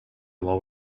while